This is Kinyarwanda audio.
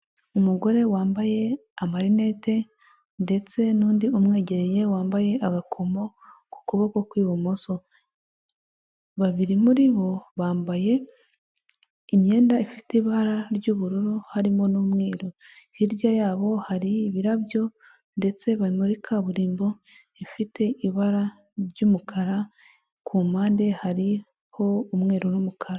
Umugore wambaye amarinete ndetse n'undi umwegereye wambaye agakomo ku kuboko kw'ibumoso. Babiri muri bo bambaye imyenda ifite ibara ry'ubururu harimo n'umweru, hirya yabo hari ibirabyo ndetse bari muri kaburimbo ifite ibara ry'umukara, ku mpande hariho umweru n'umukara.